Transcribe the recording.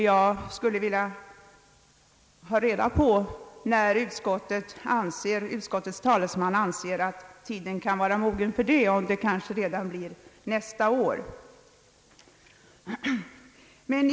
Jag skulle vilja ha besked om när utskottets talesman anser att tiden kan vara mogen för det; om det kanske blir redan nästa år.